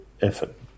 effort